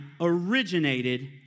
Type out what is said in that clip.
originated